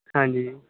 ਹਾਂਜੀ